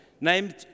named